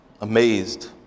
amazed